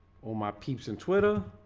oh my peeps and twitter.